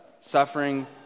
suffering